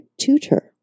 Tutor